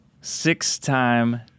six-time